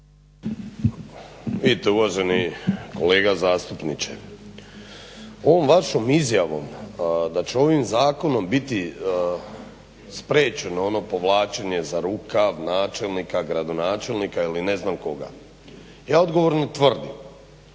Uvaženi kolega zastupniče. Ovom vašom izjavom da će ovim zakonom biti spriječeno ono povlačenje za rukav načelnika, gradonačelnika ili ne znam koga. Ja odgovorno tvrdim